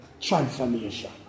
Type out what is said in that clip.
Transformation